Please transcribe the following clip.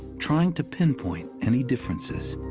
trying to pinpoint any differences.